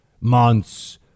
months